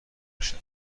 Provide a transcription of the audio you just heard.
بشه